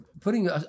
putting